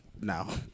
now